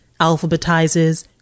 alphabetizes